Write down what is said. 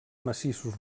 massissos